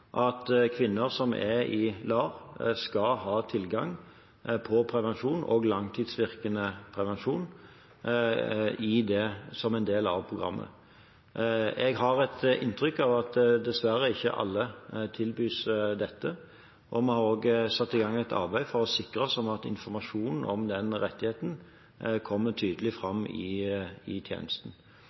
at kvinner som er i LAR, skal ha tilgang på prevensjon og langtidsvirkende prevensjon som en del av programmet. Jeg har dessverre et inntrykk av at ikke alle tilbys dette, og vi har også satt i gang et arbeid for å sikre oss at informasjonen om den rettigheten kommer tydelig fram i tjenesten.